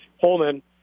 Holman